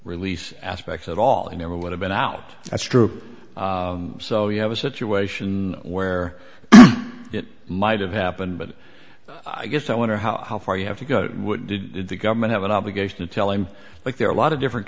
release aspects at all and it would have been out a stroke so you have a situation where it might have happened but i guess i wonder how far you have to go what did the government have an obligation to tell him like there are a lot of different